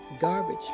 Garbage